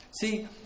See